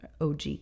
og